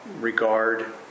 regard